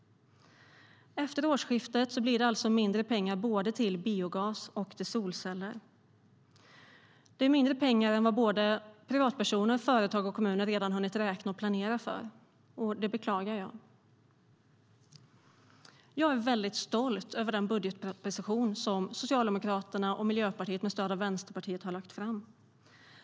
Efter årsskiftet blir det alltså mindre pengar till både biogas och solceller. Det är mindre pengar än vad privatpersoner, företag och kommuner redan hunnit räkna och planera för, och det beklagar jag. Jag är väldigt stolt över den budgetproposition som Socialdemokraterna och Miljöpartiet med stöd av Vänsterpartiet har lagt fram.